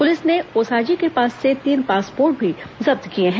police ने ओसाजी के पास से तीन पासपोर्ट भी जब्त किए हैं